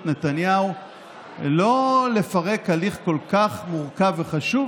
נתניהו לא לפרק הליך כל כך מורכב וחשוב,